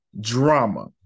drama